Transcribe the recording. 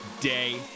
day